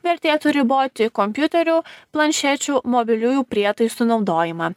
vertėtų riboti kompiuterių planšečių mobiliųjų prietaisų naudojimą